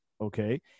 Okay